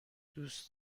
دوست